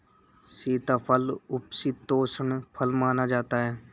सीताफल उपशीतोष्ण फल माना जाता है